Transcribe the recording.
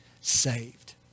saved